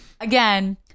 Again